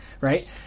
Right